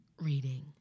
reading